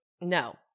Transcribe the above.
no